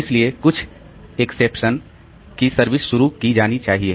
इसलिए कुछ एक्सेप्शन की सर्विस शुरू की जानी चाहिए